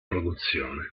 produzione